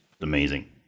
amazing